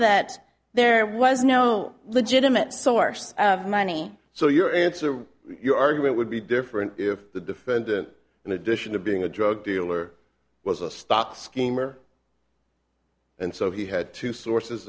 that there was no legitimate source of money so your answer to your argument would be different if the defendant in addition to being a drug dealer was a stock schemer and so he had two sources